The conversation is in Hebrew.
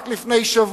רק לפני שבוע,